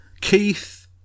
Keith